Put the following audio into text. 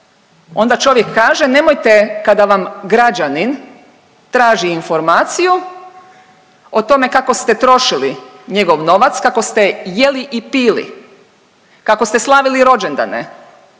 onda čovjek kaže nemojte kada vam građanin traži informaciju o tome kako ste trošili njegov novac, kako ste jeli i pili, kako ste slavili rođendane